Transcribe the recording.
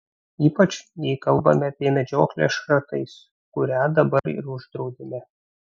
ypač jei kalbame apie medžioklę šratais kurią dabar ir uždraudėme